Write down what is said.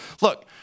look